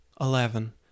Eleven